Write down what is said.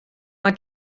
mae